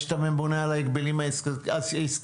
יש את הממונה על ההגבלים העסקיים,